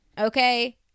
Okay